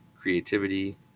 creativity